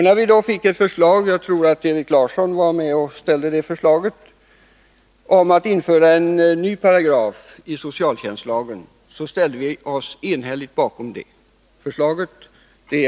När vi då fick ett förslag — jag tror att Erik Larsson var med och framförde det — om att införa en ny paragraf i socialtjänstlagen, ställde vi oss enhälligt bakom det.